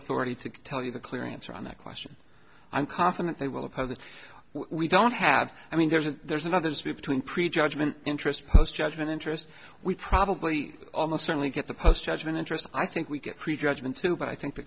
authority to tell you the clear answer on that question i'm confident they will oppose it we don't have i mean there's a there's another sweep between pre judgment interest post judgment interest we probably almost certainly get the post judgment interest i think we get prejudgment too but i think the